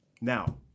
Now